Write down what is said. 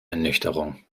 ernüchterung